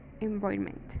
environment